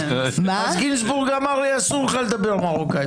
אז גינזבורג אמר לי: אסור לך לדבר מרוקאית.